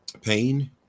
pain